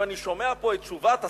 ואני שומע פה את תשובת השר: